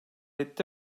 etti